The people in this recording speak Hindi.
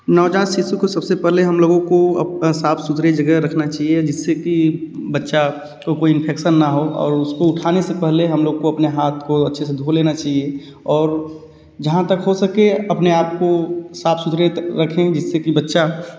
नवजात शिशु को सबसे पहले हम लोगों को अप साफ़ सुथरी जगह रखना चाहिए जिससे कि बच्चा को कोई इन्फेक्सन ना हो और उसको उठाने से पहले हम लोग को अपने हाथ को अच्छे से धो लेना चाहिए और जहाँ तक हो सके अपने आपको साफ़ सुथरे रखें जिससे कि बच्चा